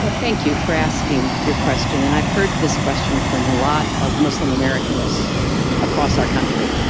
ah thank you for asking your question and i've heard this question from a lot of muslim americans across our country.